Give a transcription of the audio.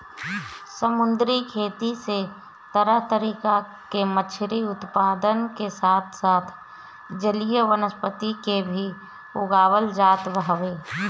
समुंदरी खेती से तरह तरह के मछरी उत्पादन के साथे साथ जलीय वनस्पति के भी उगावल जात हवे